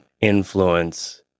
influence